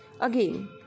Again